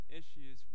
issues